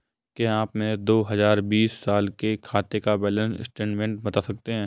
क्या आप मेरे दो हजार बीस साल के खाते का बैंक स्टेटमेंट बता सकते हैं?